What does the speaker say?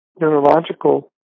neurological